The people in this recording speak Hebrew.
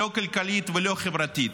לא כלכלית ולא חברתית.